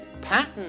Pattern